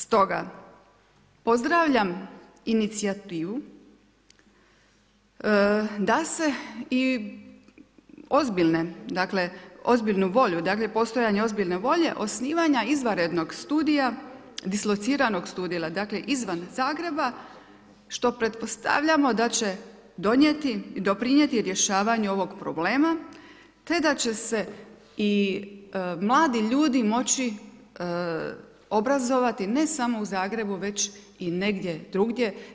Stoga pozdravljam inicijativu da se i ozbiljne, dakle ozbiljnu volju, dakle postojanje ozbiljne volje osnivanja izvanrednog studija dislociranog studija, dakle izvan Zagreba što pretpostavljamo da će donijeti, doprinijeti rješavanju ovog problema, te da će se i mladi ljudi moći obrazovati ne samo u Zagrebu već i negdje drugdje.